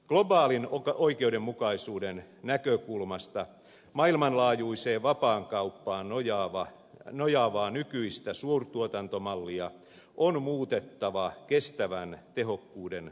globaalin oikeudenmukaisuuden näkökulmasta maailmanlaajuiseen vapaakauppaan nojaavaa nykyistä suurtuotantomallia on muutettava kestävän tehokkuuden suuntaan